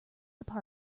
their